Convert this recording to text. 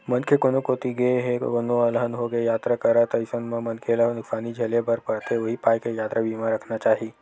मनखे कोनो कोती गे हे कोनो अलहन होगे यातरा करत अइसन म मनखे ल नुकसानी झेले बर परथे उहीं पाय के यातरा बीमा रखना चाही